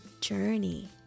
journey